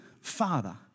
father